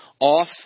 off